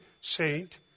saint